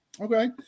Okay